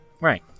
Right